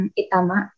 itama